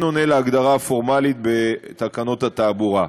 עונה על ההגדרה הפורמלית בתקנות התעבורה.